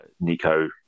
Nico